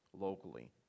locally